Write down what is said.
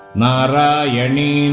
Narayani